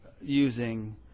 using